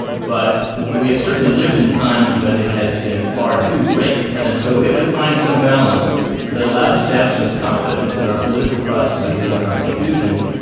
but we have certainly lived in times when it has been far too great. and so we have to find some balance that allows us to have some confidence in our political processes and our institutions.